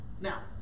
Now